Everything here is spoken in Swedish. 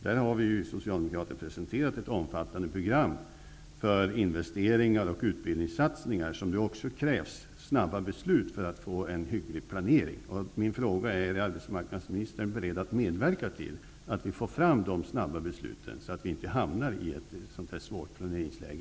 Där har vi socialdemokrater presenterat ett omfattande program för investeringar och utbildningssatsningar. Det krävs snara beslut för att få en hygglig planering. Är arbetsmarknadsministern beredd att medverka till att vi får fram de snara besluten så att vi inte återigen hamnar i ett svårt planeringsläge?